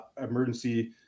emergency